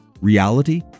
reality